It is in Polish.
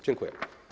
Dziękuję.